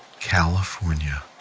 california,